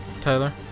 Tyler